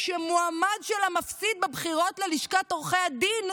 כשמועמד שלה מפסיד בבחירות ללשכת עורכי הדין,